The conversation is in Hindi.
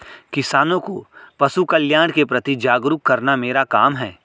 किसानों को पशुकल्याण के प्रति जागरूक करना मेरा काम है